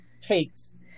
takes